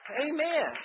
amen